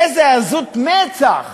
באיזה עזות מצח